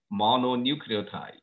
mononucleotide